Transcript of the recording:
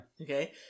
Okay